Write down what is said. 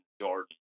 Jordan